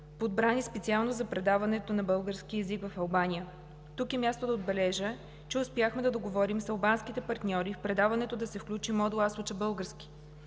подбрани специално за предаването на български език в Албания. Тук е мястото да отбележа, че успяхме да договорим с албанските партньори в предаването да се включи модул „Аз уча български“